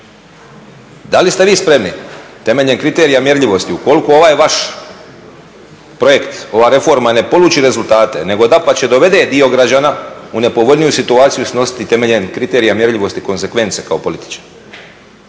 Da li ste vi spremni temeljem kriterija mjerljivosti ukoliko ovaj vaš projekt, ova reforma ne poluči rezultate, nego dapače dovede dio građana u nepovoljniju situaciju, snositi temeljem kriterija mjerljivosti … kao političar?